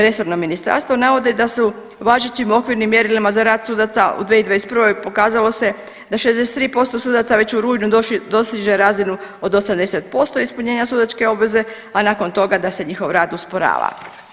Resorno ministarstvo navodi da su važećim okvirnim mjerilima za rad sudaca u 2021. pokazalo se da 63% sudaca već u rujnu dosiže razinu od 80% ispunjenja sudačke obveze, a nakon toga da se njihov rad usporava.